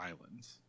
islands